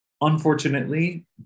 unfortunately